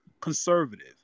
conservative